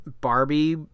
Barbie